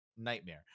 nightmare